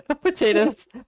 Potatoes